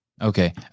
Okay